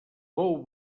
bou